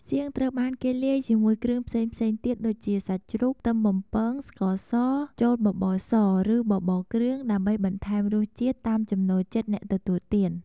សៀងត្រូវបានគេលាយជាមួយគ្រឿងផ្សេងៗទៀតដូចជា សាច់ជ្រូក ខ្ទឹមបំពង ស្ករស ចូលបបរស ឬ បបរគ្រឿងដើម្បីបន្ថែមរសជាតិ តាមចំណូលចិត្តអ្នកទទួលទាន។